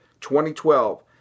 2012